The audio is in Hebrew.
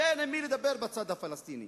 שאין עם מי לדבר בצד הפלסטיני,